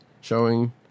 showing